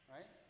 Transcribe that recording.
Right